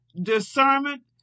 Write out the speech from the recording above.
discernment